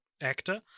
actor